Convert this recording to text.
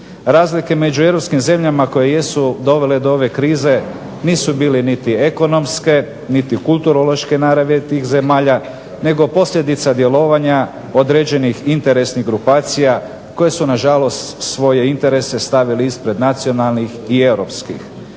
Razlike među europskim zemljama koje jesu dovele do ove krize nisu bili niti ekonomske, niti kulturološke naravi tih zemalja nego posljedica djelovanja određenih interesnih grupacija koje su nažalost svoje interese stavili ispred nacionalnih i europskih.